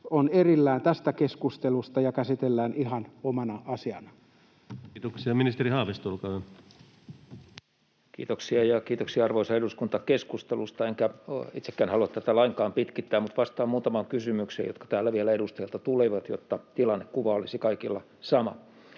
joukon lähettämisestä Kabulin lentokentän alueelle Time: 13:48 Content: Kiitoksia. — Ja kiitoksia, arvoisa eduskunta, keskustelusta. En itsekään halua tätä lainkaan pitkittää, mutta vastaan muutamaan kysymykseen, jotka täällä vielä edustajilta tulivat, jotta tilannekuva olisi kaikilla sama.